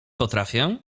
potrafię